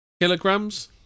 kilograms